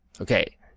Okay